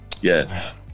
yes